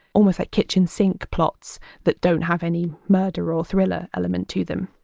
almost like kitchen sink plots that don't have any murder or thriller element to them.